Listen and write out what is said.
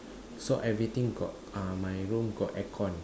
so everything got uh my room got aircon